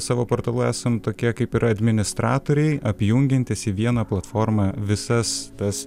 savo portalu esam tokie kaip ir administratoriai apjungiantys į vieną platformą visas tas